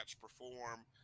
Perform